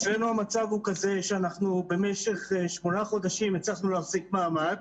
אלצנו המצב הוא כזה שאנחנו במשך שמונה חודשים הצלחנו להחזיק מעמד.